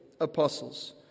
apostles